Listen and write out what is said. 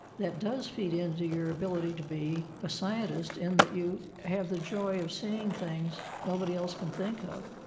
that does feed into your ability to be a scientist in that you have the joy of seeing things nobody else can think of.